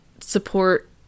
support